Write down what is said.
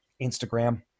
Instagram